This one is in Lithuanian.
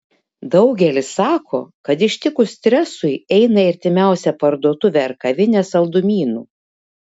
daugelis sako kad ištikus stresui eina į artimiausią parduotuvę ar kavinę saldumynų